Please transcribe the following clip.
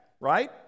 right